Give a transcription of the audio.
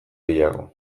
gehiago